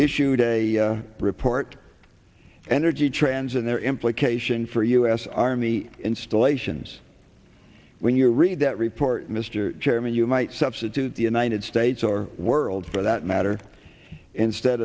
issued a report energy trends and their implication for u s army installations when you read that report mr chairman you might substitute the united states or world for that matter instead